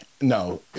No